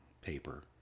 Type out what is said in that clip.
paper